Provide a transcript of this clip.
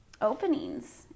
openings